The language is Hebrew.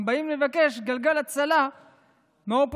גם באים לבקש גלגל הצלה מהאופוזיציה.